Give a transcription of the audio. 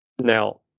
Now